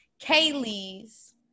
kaylee's